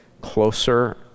closer